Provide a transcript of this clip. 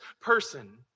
person